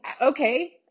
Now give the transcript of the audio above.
okay